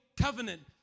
covenant